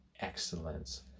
excellence